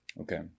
Okay